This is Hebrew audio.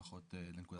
לפחות לנקודת מבטי.